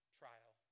trial